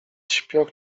śpioch